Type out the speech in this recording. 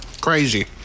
crazy